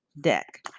deck